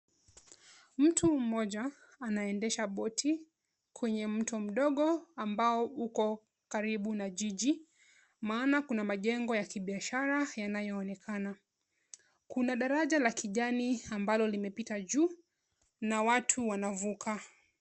Mtu mmoja anayeendesha (cs)boat(cs) kwenye mtu mdogo ambao uko karibu na jiji maana kuna majengo ya kibiashara yanayoonekana. Kuna daraja ya kijani ambalo limepita juu na watu wanavuka.